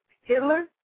Hitler